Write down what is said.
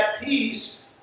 peace